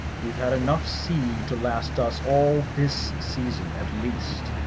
we've had enough sea to last us all this season, at least.